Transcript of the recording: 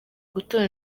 gutora